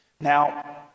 Now